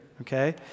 Okay